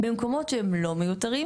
במקומות בהם הם לא מיותרים,